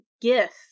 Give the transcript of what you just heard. gift